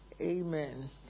Amen